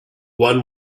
one